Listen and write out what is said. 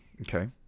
Okay